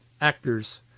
actors